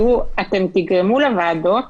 תראו, אתם תגרמו לוועדות